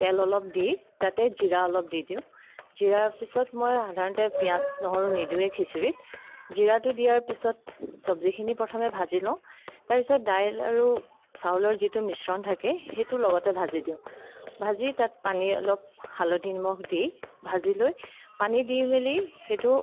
তেল অলপ দি তাতে জিৰা অলপ দি দিওঁ জিৰাৰ পিছত মই সাধাৰণতে পিয়াজ নহৰু নিদিওঁয়ে খিচিৰিত জিৰাটো দিয়াৰ পিছত চবজিখিনি প্ৰথমে ভাজি লওঁ তাৰ পিছত দাইল আৰু চাউলৰ যিটো মিশ্ৰণ থাকে সেইটো লগতে ভাজি দিওঁ ভাজি তাত পানী অলপ হালধি নিমখ দি ভাজি লৈ পানী দি মেলি সেইটো